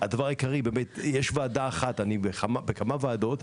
אני בכמה ועדות.